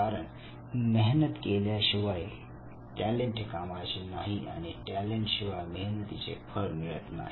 कारण मेहनत केल्याशिवाय टॅलेंट कामाचे नाही आणि टॅलेंट शिवाय मेहनतीचे फळ मिळत नाही